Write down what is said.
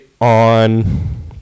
on